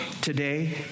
today